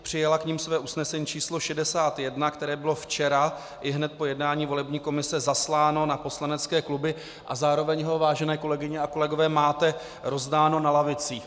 Přijala k nim své usnesení číslo 61, které bylo včera ihned po jednání volební komise zasláno na poslanecké kluby, a zároveň ho, vážené kolegyně a kolegové, máte rozdáno na lavicích.